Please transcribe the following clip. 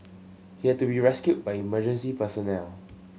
he had to be rescued by emergency personnel